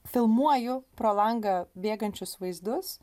filmuoju pro langą bėgančius vaizdus